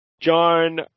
John